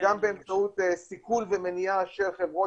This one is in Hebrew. גם באמצעות סיכול ומניעה של חברות